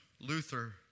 Luther